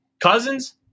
Cousins